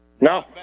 No